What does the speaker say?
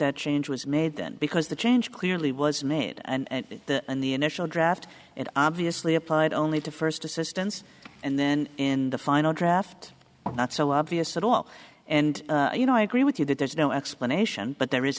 that change was made then because the change clearly was made and in the initial draft and obviously applied only to first assistance and then in the final draft not so obvious at all and you know i agree with you that there is no explanation but there is